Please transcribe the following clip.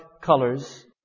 colors